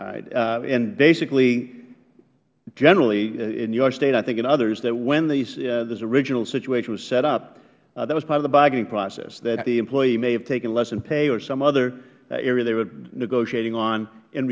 tierney and basically generally in your state and i think in others that when this original situation was set up that was part of the bargaining process that the employee may have taken less in pay or some other area they were negotiating on in